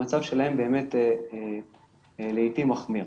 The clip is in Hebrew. המצב שלהם לעיתים מחמיר.